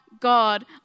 God